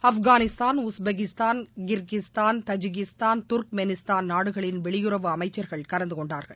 Afghanistan Uzbekistan Kyrgyzstan Tajikistan Turkmenistan நாடுகளின் வெளியுறவு அமைச்சா்கள் கலந்துகொண்டாா்கள்